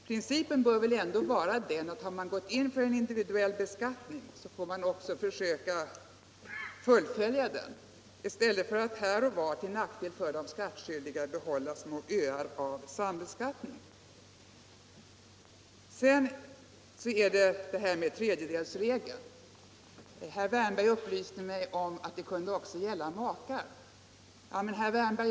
Principen bör väl ändå vara att man, om man har infört en individuell beskattning, också får försöka fullfölja den i stället för att här och var behålla små öar av sambeskattning till nackdel för de skattskyldiga. Herr Wärnberg upplyste mig om att tredjedelsregeln kunde gälla både män och kvinnor.